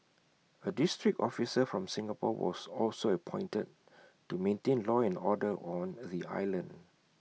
A district officer from Singapore was also appointed to maintain law and order on the island